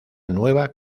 nueva